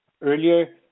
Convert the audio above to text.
earlier